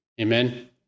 Amen